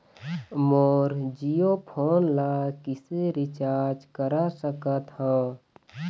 मोर Jio phone ला किसे recharge करा सकत हवं?